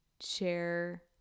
share